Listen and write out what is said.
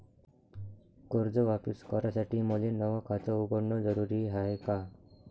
कर्ज वापिस करासाठी मले नव खात उघडन जरुरी हाय का?